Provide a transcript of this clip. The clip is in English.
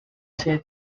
said